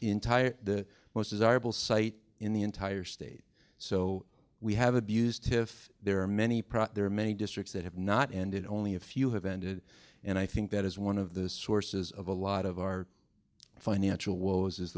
entire the most desirable site in the entire state so we have abused if there are many product there are many districts that have not ended only a few have ended and i think that is one of the sources of a lot of our financial woes is